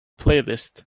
playlist